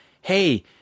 hey